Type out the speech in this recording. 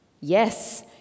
Yes